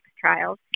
trials